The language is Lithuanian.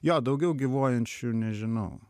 jo daugiau gyvuojančių nežinau